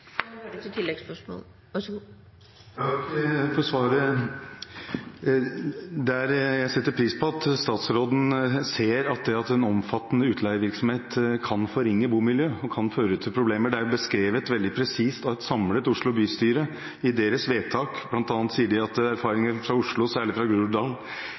for svaret. Jeg setter pris på at statsråden ser at en omfattende utleievirksomhet kan forringe bomiljøet og føre til problemer. Det er beskrevet veldig presist av et samlet Oslo bystyre i deres vedtak. Blant annet sier de: «Erfaringer fra Oslo særlig fra